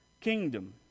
kingdom